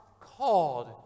called